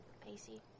Pacey